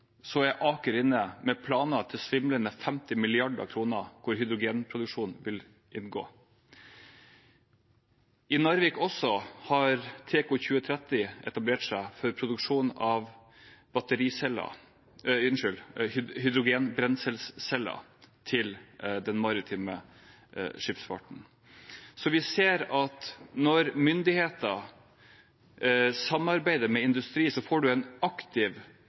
er Aker inne med planer til svimlende 50 mrd. kr, hvor hydrogenproduksjon vil inngå. I Narvik har også Teco 2030 etablert seg for produksjon av hydrogenbrenselsceller til den maritime skipsfarten. Vi ser at når myndigheter samarbeider med industri, får man en aktiv